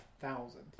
thousand